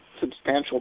substantial